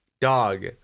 dog